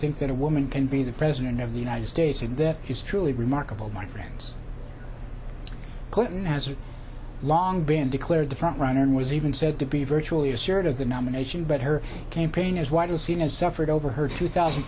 think that a woman can be the president of the united states and that is truly remarkable my friends clinton has long been declared the front runner and was even said to be virtually assured of the nomination but her campaign is what is seen as suffered over her two thousand